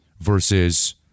versus